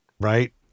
right